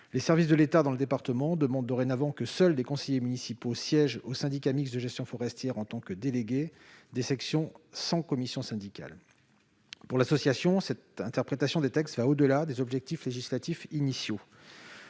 Les services de l'État dans le département demandent dorénavant que seuls des conseillers municipaux siègent au syndicat mixte de gestion forestière en tant que délégués des sections sans commission syndicale. Pour l'association, cette interprétation des textes va au-delà des objectifs législatifs initiaux.